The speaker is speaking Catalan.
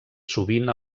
sovint